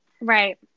Right